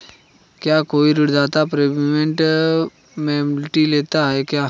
क्या कोई ऋणदाता प्रीपेमेंट पेनल्टी लेता है?